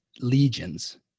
legions